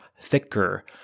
thicker